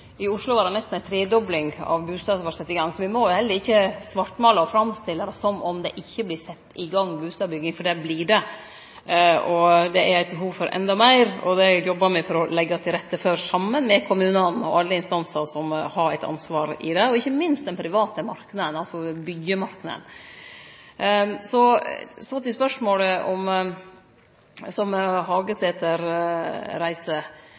I Oslo var det nesten ei tredobling av bustadbyggingar som vart sett i gang, så me må heller ikkje svartmale og framstille det som om det ikkje vert sett i gang bustadbygging – for det vert det. Det er behov for endå meir, og det jobbar me for å leggje til rette for, saman med kommunane og alle instansar som har eit ansvar i det, ikkje minst den private marknaden, altså byggjemarknaden. Så til spørsmålet som